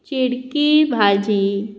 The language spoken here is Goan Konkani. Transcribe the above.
चिडकी भाजी